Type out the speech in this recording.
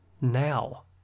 now